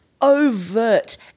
overt